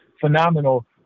phenomenal